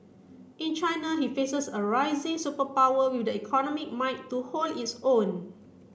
in China he faces a rising superpower with the economic might to hold its own